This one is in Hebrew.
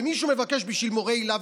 ומישהו מבקש בשביל מורי היל"ה,